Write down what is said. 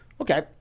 Okay